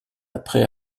après